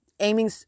aiming